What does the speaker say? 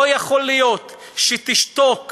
לא יכול להיות שתשתוק